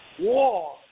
War